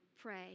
pray